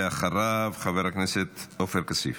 אחריו, חבר הכנסת עופר כסיף.